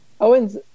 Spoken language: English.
Owen's